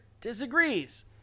disagrees